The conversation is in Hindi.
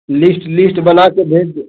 लिस्ट लिस्ट बना के भेज दें